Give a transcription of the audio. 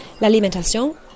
L'alimentation